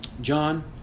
John